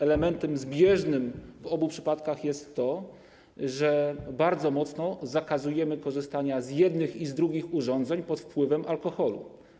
Elementem zbieżnym w obu przypadkach jest to, że bardzo mocno zakazujemy korzystania z jednych i z drugich urządzeń pod wpływem alkoholu.